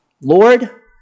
Lord